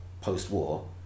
post-war